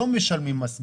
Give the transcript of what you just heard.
ולא משלמים מס גודש.